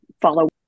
follow